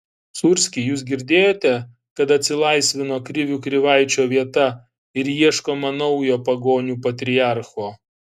sūrski jūs girdėjote kad atsilaisvino krivių krivaičio vieta ir ieškoma naujo pagonių patriarcho